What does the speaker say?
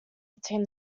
between